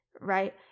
right